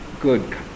good